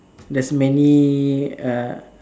there's many err